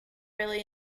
really